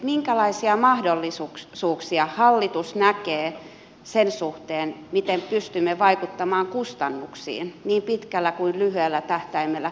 minkälaisia mahdollisuuksia hallitus näkee sen suhteen miten pystymme vaikuttamaan kustannuksiin niin pitkällä kuin lyhyellä tähtäimellä